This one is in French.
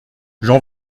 jean